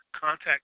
contact